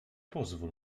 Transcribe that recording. pozwól